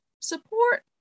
support